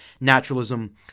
naturalism